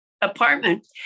apartment